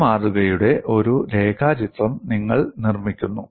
ഈ മാതൃകയുടെ ഒരു രേഖാചിത്രം നിങ്ങൾ നിർമ്മിക്കുന്നു